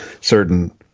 certain